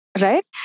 right